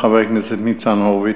חבר הכנסת ניצן הורוביץ,